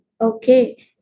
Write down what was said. Okay